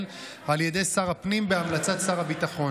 על ידי שר הפנים בהמלצת שר הביטחון.